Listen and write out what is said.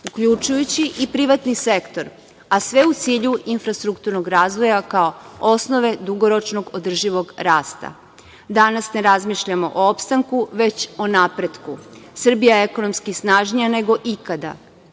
uključujući i privatni sektor, a sve u cilju infrastrukturnog razvoja kao osnove dugoročnog održivog rasta. Danas ne razmišljamo o opstanku, već o napretku. Srbija je ekonomski snažnija nego ikada.